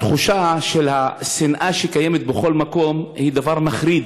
התחושה של השנאה שקיימת בכל מקום היא דבר מחריד,